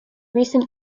recent